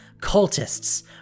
Cultists